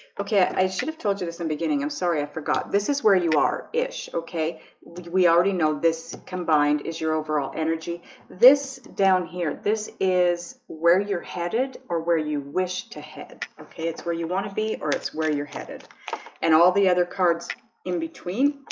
okay, i should have told you this in beginning. i'm sorry. i forgot. this is where you are ish. okay we already know this combined is your overall energy this down here this is where you're headed or where you wish to head okay, it's where you want to be or it's where you're headed and all the other cards in between